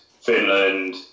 Finland